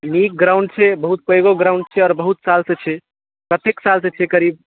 नीक ग्राउण्ड छै बहुत पैघो ग्राउण्ड छै बहुत सालसॅं छै कतेक सालसॅं छै करीब